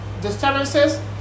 disturbances